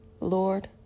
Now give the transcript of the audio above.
Lord